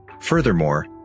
Furthermore